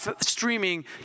streaming